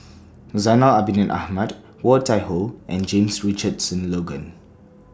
Zainal Abidin Ahmad Woon Tai Ho and James Richardson Logan